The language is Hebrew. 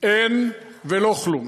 אין ולא כלום.